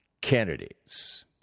candidates